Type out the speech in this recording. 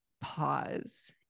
pause